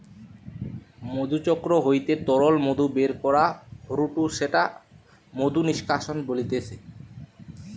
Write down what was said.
মধুচক্র হইতে তরল মধু বের করা হয়ঢু সেটা মধু নিষ্কাশন বলতিছে